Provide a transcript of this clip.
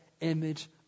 image